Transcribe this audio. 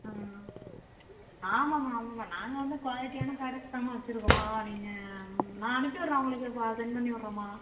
ம் ஆமாம்மா ஆமாம்மா நாங்கள் வந்து குவாலிட்டியான ப்ராடக்ட்ஸ் தான்மா வச்சுருக்கோம் நீங்கள் நான் அனுப்பிவிட்ற உங்களுக்கு சென்ட் பண்ணிவிட்றேம்மா